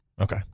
Okay